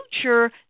future